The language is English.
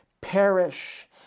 perish